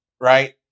right